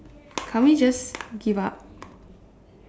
can't we just give up